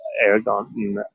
Aragon